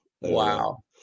Wow